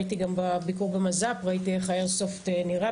הייתי גם בביקור במז"פ וראיתי איך האיירסופט נראה.